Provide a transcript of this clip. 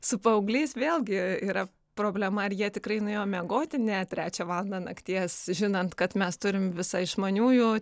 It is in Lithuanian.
su paaugliais vėlgi yra problema ar jie tikrai nuėjo miegoti ne trečią valandą nakties žinant kad mes turim visą išmaniųjų